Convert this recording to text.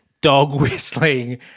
dog-whistling